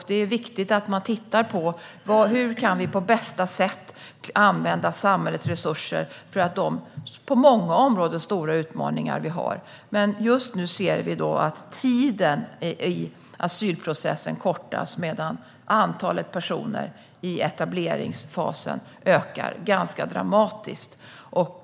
Det är viktigt att man tittar på hur vi på bästa sätt kan använda samhällets resurser för att klara de utmaningar vi har på många områden. Just nu ser vi att tiden i asylprocessen förkortas, medan antalet personer i etableringsfasen ökar dramatiskt.